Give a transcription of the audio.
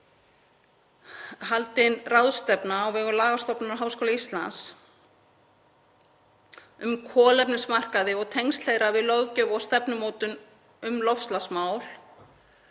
haldin ráðstefna á vegum Lagastofnunar Háskóla Íslands um kolefnismarkaði og tengsl þeirra við löggjöf og stefnumótun um loftslagsmál